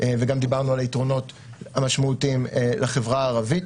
וגם דיברנו על היתרונות המשמעותיים לחברה ערבית.